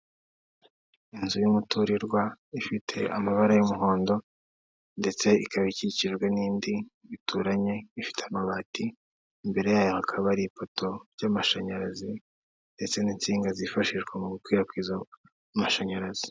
Inzu y'umuturirwa ifite amabara y'umuhondo, ndetse ikaba ikikijwe n'indi bituranye ifite amabati, imbere yayo hakaba hari ipoto y'amashanyarazi ndetse n'insinga zifashishwa mu gukwirakwiza amashanyarazi.